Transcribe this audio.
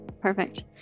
Perfect